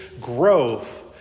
growth